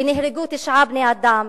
ונהרגו תשעה בני-אדם